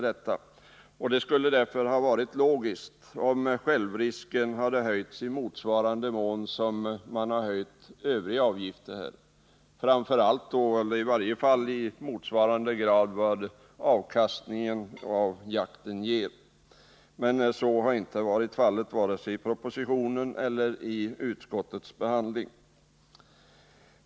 Det hade därför varit logiskt att självrisken hade höjts i motsvarande mån som övriga avgifter har höjts eller i varje fall i motsvarande grad som avkastningen på jakten. Men så har inte varit fallet; det har inte föreslagits vare sig i propositionen eller vid utskottets behandling.